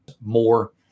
more